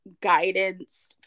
guidance